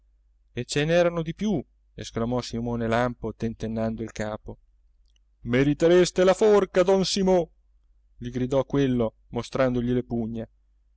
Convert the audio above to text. e ce n'erano di più esclamò simone lampo tentennando il capo meritereste la forca don simo gli gridò quello mostrandogli le pugna